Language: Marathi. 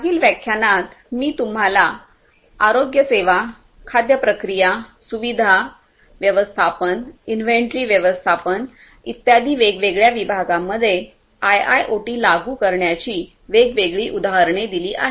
मागील व्याख्यानात मी तुम्हाला आरोग्य सेवा अन्न खाद्य प्रक्रिया सुविधा व्यवस्थापन इन्व्हेंटरी व्यवस्थापन इत्यादी वेगवेगळ्या विभागामध्ये आयआयओटी लागू करण्याची वेगवेगळी उदाहरणे दिली आहेत